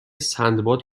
سندباد